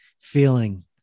feeling